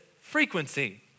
frequency